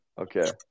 Okay